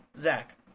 Zach